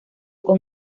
con